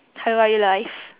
hello are you alive